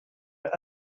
are